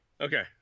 Okay